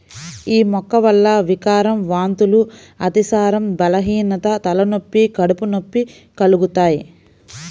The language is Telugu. యీ మొక్క వల్ల వికారం, వాంతులు, అతిసారం, బలహీనత, తలనొప్పి, కడుపు నొప్పి కలుగుతయ్